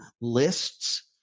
Lists